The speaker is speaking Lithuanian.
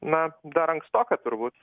na dar ankstoka turbūt